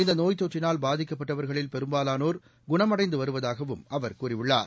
இந்த நோய் தொற்றினால் பாதிக்கப்பட்டவர்களில் பெரும்பாலானோர் குணமடைந்து வருவதாகவும் அவர் கூறியுள்ளார்